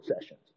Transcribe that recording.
sessions